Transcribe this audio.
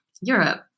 europe